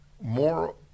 More